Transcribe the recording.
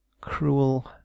cruel